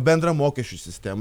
bendrą mokesčių sistemą